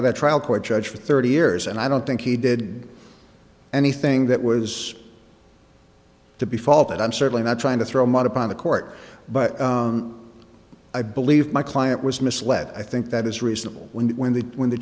the trial court judge for thirty years and i don't think he did anything that was to be faulted i'm certainly not trying to throw mud upon the court but i believe my client was misled i think that is reasonable when the when the when the